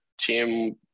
team